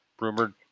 rumored